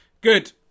Good